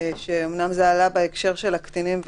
שרלוונטי לא רק לקטינים.